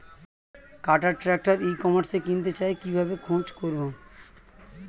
কাটার tractor ই কমার্সে কিনতে চাই কিভাবে খোঁজ করো?